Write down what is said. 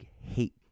hate